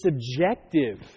subjective